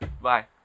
bye